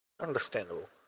Understandable